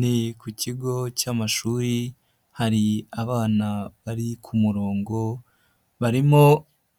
Ni ku kigo cy'amashuri hari abana bari ku murongo barimo